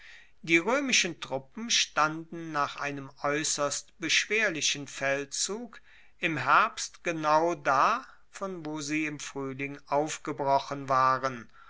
die roemischen truppen standen nach einem aeusserst beschwerlichen feldzug im herbst genau da von wo sie im fruehling aufgebrochen waren